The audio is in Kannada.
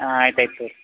ಹಾಂ ಆಯ್ತು ಆಯ್ತು ತೊಗೊಳಿ